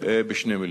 בשתי מילים: